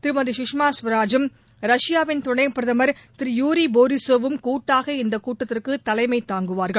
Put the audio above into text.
திருமதி குஷ்மா ஸ்வராஜும் ரஷ்யாவின் துணைப்பிரதம் திரு யூரி போரினே வும் கூட்டாக இந்த கூட்டத்திற்கு தலைமை தாங்குவார்கள்